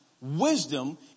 wisdom